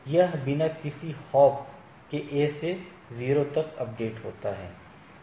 यह बिना किसी हॉप के A से 0 तक अपडेट होता है